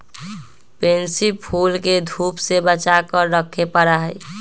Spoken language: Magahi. पेनसी फूल के धूप से बचा कर रखे पड़ा हई